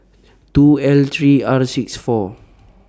two L three R six four